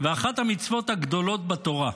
ואחת המצוות הגדולות בתורה,